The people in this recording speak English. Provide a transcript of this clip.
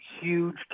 huge